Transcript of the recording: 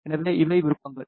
எனவே இவை விருப்பங்கள்